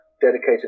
dedicated